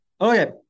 Okay